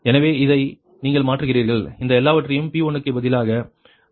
எனவே இதை நீங்கள் மாற்றுகிறீர்கள் இந்த எல்லாவற்றையும் P1 க்கு பதிலாக மாற்றுகிறீர்கள்